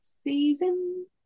season